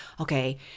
okay